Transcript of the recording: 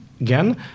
again